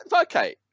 Okay